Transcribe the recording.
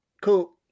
Cool